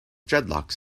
dreadlocks